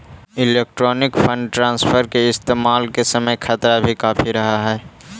electronic fund transfer के इस्तेमाल के समय खतरा भी काफी रहअ हई